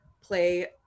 play